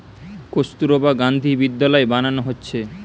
কস্তুরবা গান্ধী বিদ্যালয় বানানা হচ্ছে